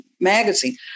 magazine